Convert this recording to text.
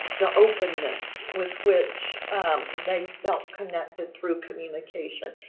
the openness with which they felt connected through communication.